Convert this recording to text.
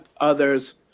others